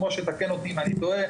משה, תקן אותי אם אני טועה.